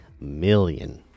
million